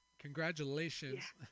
Congratulations